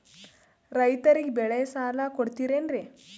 ರೈತರಿಗೆ ಬೆಳೆ ಸಾಲ ಕೊಡ್ತಿರೇನ್ರಿ?